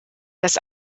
das